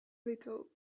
little